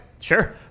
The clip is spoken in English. Sure